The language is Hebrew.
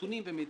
לבד.